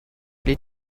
les